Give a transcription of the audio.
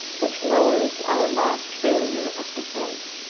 which lowers our last barrier of defence.